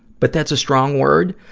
but that's a strong word.